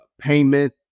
payment